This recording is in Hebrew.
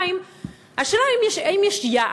2. השאלה, האם יש יעד?